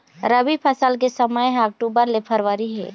रबी फसल के समय ह अक्टूबर ले फरवरी हे